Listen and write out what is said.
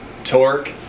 torque